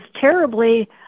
terribly